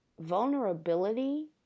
vulnerability